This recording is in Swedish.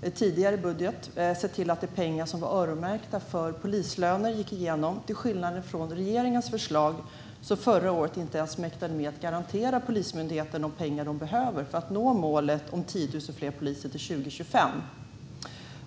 den tidigare budgeten från M och KD sett till att de pengar som var öronmärkta för polislöner gick igenom, till skillnad från regeringens förslag, som förra året inte ens mäktade med att garantera Polismyndigheten de pengar man behöver för att nå målet om 10 000 fler poliser till 2025.